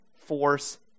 force